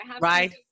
Right